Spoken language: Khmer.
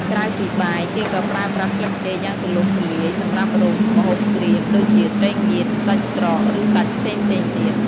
ក្រៅពីបាយ គេក៏ប្រើប្រាស់ស្លឹកចេកយ៉ាងទូលំទូលាយសម្រាប់រុំ ម្ហូបក្រៀម ដូចជា ត្រីងៀត សាច់ក្រក ឬសាច់ផ្សេងៗទៀត។